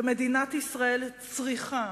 ומדינת ישראל צריכה